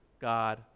God